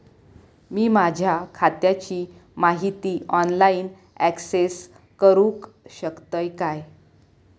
मी माझ्या खात्याची माहिती ऑनलाईन अक्सेस करूक शकतय काय?